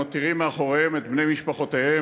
מותירים מאחוריהם את בני משפחותיהם,